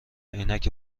عینک